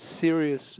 serious